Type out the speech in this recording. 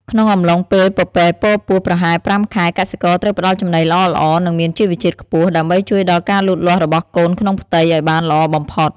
ក្នុងកំឡុងពេលពពែពរពោះប្រហែល ៥ ខែ កសិករត្រូវផ្តល់ចំណីល្អៗនិងមានជីវជាតិខ្ពស់ ដើម្បីជួយដល់ការលូតលាស់របស់កូនក្នុងផ្ទៃឲ្យបានល្អបំផុត។